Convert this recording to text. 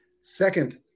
Second